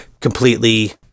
completely